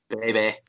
Baby